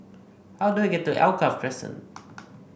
how do I get to Alkaff Crescent